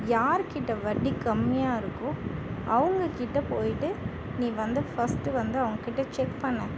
யார்கிட்ட வட்டி கம்மியாக இருக்கோ அவங்க கிட்டே போய்விட்டு நீ வந்து ஃபர்ஸ்ட் வந்து அவங்க கிட்டே செக் பண்ணு